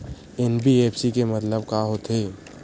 NBFC के मतलब का होथे?